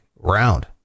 Round